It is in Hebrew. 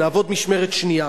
נעבוד גם משמרת שנייה.